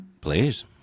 Please